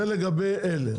זה לגבי אלה.